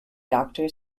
doctor